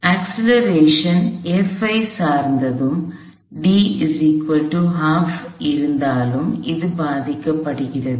முடுக்கம் F ஐச் சார்ந்தும் இருந்தாலும் இது பாதிக்கப்படுகிறது